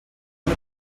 one